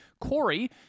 Corey